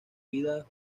vida